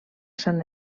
sant